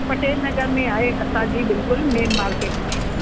पटेल नगर में आहे असांजी बिल्कुलु मेन मार्किट में